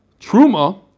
Truma